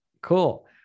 Cool